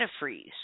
antifreeze